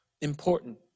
important